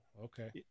okay